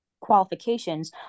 qualifications